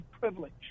privilege